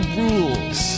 rules